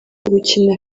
gukina